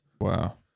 Wow